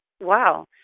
Wow